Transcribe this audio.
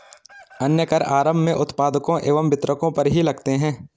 अन्य कर आरम्भ में उत्पादकों एवं वितरकों पर ही लगते हैं